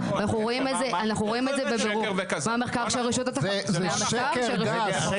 זה שקר וכזה, זה לא נכון.